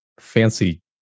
Fancy